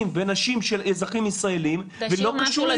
ונשים של אזרחים ישראליים ולא קשור לאזרחות שלהם.